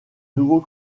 nouveau